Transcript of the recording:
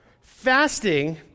Fasting